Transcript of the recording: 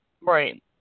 Right